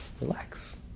Relax